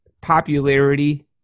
popularity